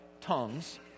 tongues